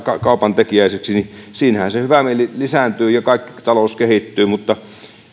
kaupantekijäisiksi siinähän se hyvä veli lisääntyy ja kaikki talous kehittyy mutta